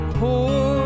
poor